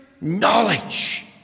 knowledge